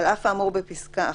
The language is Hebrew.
(2) על אף האמור בפסקה (1),